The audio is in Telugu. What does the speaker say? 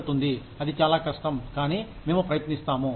అది చాలా కష్టం కానీ మేము ప్రయత్నిస్తాము